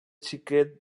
xiquet